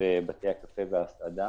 ובתי הקפה וההסעדה